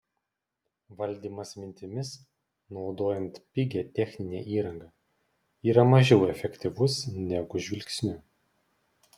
valdymas mintimis naudojant pigią techninę įrangą yra mažiau efektyvus negu žvilgsniu